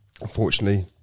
unfortunately